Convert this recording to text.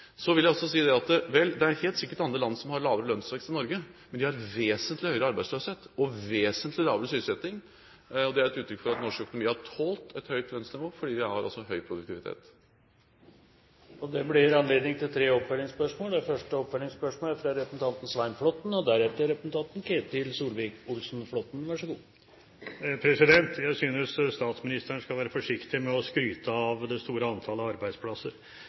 vil også si at det helt sikkert er land som har lavere lønnsvekst enn Norge, men de har vesentlig høyere arbeidsløshet og vesentlig lavere sysselsetting. Et uttrykk for at norsk økonomi har tålt et høyt lønnsnivå er altså at vi har høy produktivitet. Det blir gitt anledning til tre oppfølgingsspørsmål – først Svein Flåtten. Jeg synes statsministeren skal være forsiktig med å skryte av det store antallet arbeidsplasser.